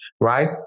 right